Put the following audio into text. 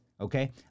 okay